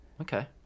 Okay